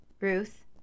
Ruth